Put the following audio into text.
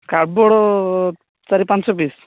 card board ଚାରି ପାଞ୍ଚ piece